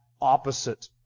opposite